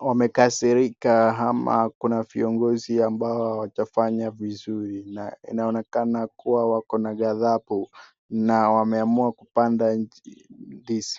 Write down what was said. wamekasirika ama kuna viongozi ambao hawajanyanya vizuri na inaonekana kuwa wako na gadhabu na wameamua kupanda ndizi.